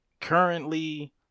currently